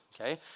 Okay